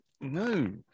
no